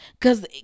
Cause